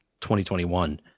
2021